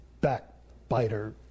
backbiter